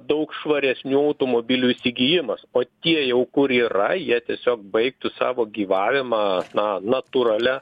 daug švaresnių automobilių įsigijimas o tie jau kur yra jie tiesiog baigtų savo gyvavimą na natūralia